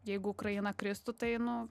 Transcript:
jeigu ukraina kristų tai nu